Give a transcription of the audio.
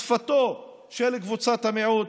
שפתה של קבוצת המיעוט,